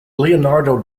leonardo